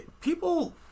people